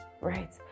right